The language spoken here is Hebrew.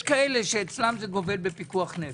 יש כאלה שאצלם הפרסום גובל בפיקוח נפש.